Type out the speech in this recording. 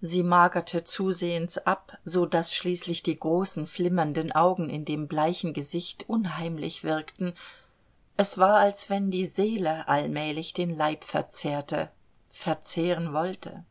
sie magerte zusehends ab so daß schließlich die großen flimmernden augen in dem bleichen gesicht unheimlich wirkten es war als wenn die seele allmählich den leib verzehrte verzehren wollte